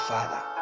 Father